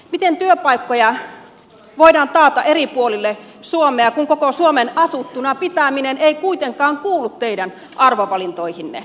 miten työpaikkoja voidaan taata eri puolille suomea kun koko suomen asuttuna pitäminen ei kuitenkaan kuulu teidän arvovalintoihinne